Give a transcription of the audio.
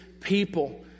people